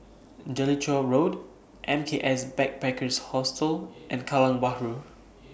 Jellicoe Road M K S Backpackers Hostel and Kallang Bahru